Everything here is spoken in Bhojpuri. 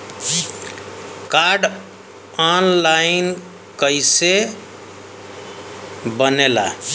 कार्ड ऑन लाइन कइसे बनेला?